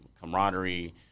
camaraderie